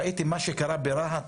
ראיתי מה שקרה ברהט,